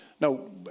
no